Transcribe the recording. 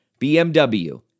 BMW